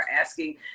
asking